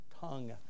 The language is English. tongue